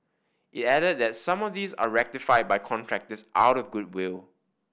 it added that some of these are rectified by contractors out of goodwill